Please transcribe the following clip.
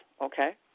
Okay